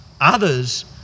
Others